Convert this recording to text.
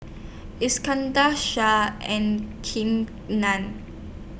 Iskandar Shah and Kim Nam